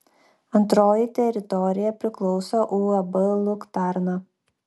antroji teritorija priklauso uab luktarna